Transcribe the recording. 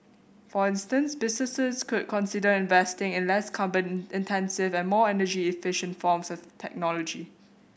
for instance businesses could consider investing in less carbon intensive and more energy efficient forms of technology